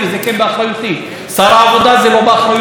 שר הכלכלה, תקן ולא תקן.